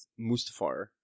Mustafar